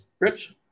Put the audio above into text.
Rich